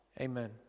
Amen